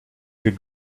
could